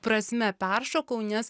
prasme peršokau nes